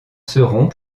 seront